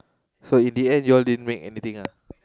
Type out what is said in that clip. so in the end y'all didn't make anything ah